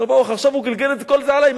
הוא אמר, ברוך: עכשיו הוא גלגל את כל זה עלי.